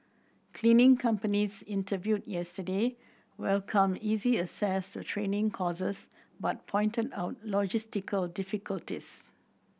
cleaning companies interviewed yesterday welcomed easy access to training courses but pointed out logistical difficulties